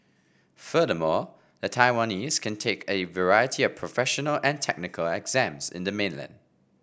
furthermore the Taiwanese can take a variety of professional and technical exams in the mainland